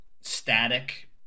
static